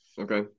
Okay